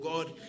God